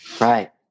Right